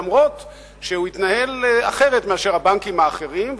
אף-על-פי שהוא התנהל אחרת מאשר הבנקים האחרים,